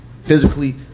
physically